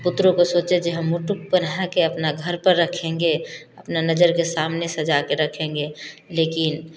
पुत्रों को सोचे जी हम मुकुट बना के अपना घर पर रखेंगे अपना नजर के सामने सजा के रखेंगे लेकिन